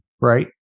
right